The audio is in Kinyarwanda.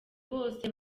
bose